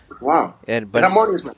Wow